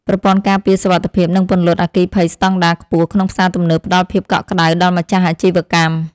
ប្រព័ន្ធការពារសុវត្ថិភាពនិងពន្លត់អគ្គីភ័យស្តង់ដារខ្ពស់ក្នុងផ្សារទំនើបផ្តល់ភាពកក់ក្តៅដល់ម្ចាស់អាជីវកម្ម។